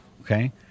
Okay